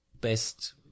best